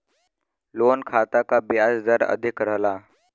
loan खाता क ब्याज दर अधिक रहला